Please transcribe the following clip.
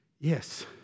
Yes